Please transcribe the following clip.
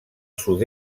sud